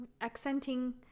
accenting